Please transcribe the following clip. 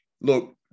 Look